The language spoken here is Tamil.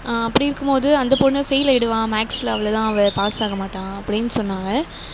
அப்படி இருக்கும் போது அந்த பொண்ணு ஃபெயிலாகிடுவா மேக்ஸில் அவ்வளோதான் அவள் பாஸ் ஆக மாட்டாள் அப்படின்னு சொன்னாங்க